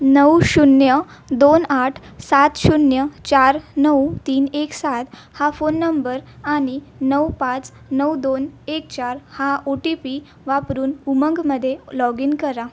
नऊ शून्य दोन आठ सात शून्य चार नऊ तीन एक सात हा फोन नंबर आणि नऊ पाच नऊ दोन एक चार हा ओ टी पी वापरून उमंगमध्ये लॉग इन करा